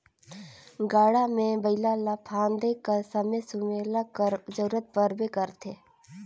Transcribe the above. गाड़ा मे बइला ल फादे कर समे सुमेला कर जरूरत परबे करथे